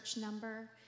number